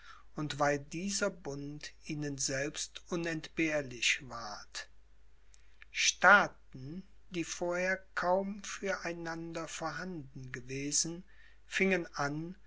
und weil dieser bund ihnen selbst unentbehrlich ward staaten die vorher kaum für einander vorhanden gewesen fingen an